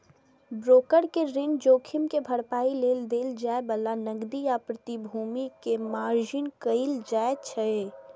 broker कें ऋण जोखिम के भरपाइ लेल देल जाए बला नकदी या प्रतिभूति कें मार्जिन कहल जाइ छै